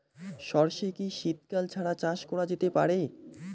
সর্ষে কি শীত কাল ছাড়া চাষ করা যেতে পারে?